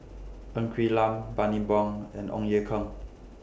Ng Quee Lam Bani Buang and Ong Ye Kung